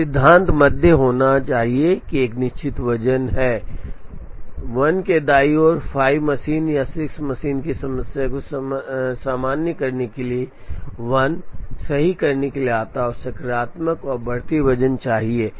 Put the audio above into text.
तो सिद्धांत मध्य होना चाहिए एक निश्चित वजन है 1 के दाईं ओर यह 5 मशीन या 6 मशीन की समस्या को सामान्य करने के लिए 1 सही करने के लिए आता है कि सकारात्मक और बढ़ती वजन होना चाहिए